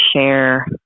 share